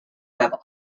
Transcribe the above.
have